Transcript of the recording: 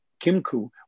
Kimku